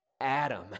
Adam